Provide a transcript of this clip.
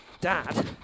Dad